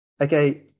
okay